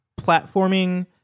platforming